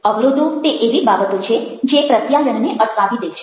અવરોધો તે એવી બાબતો છે જે પ્રત્યાયનને અટકાવી દે છે